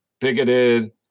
bigoted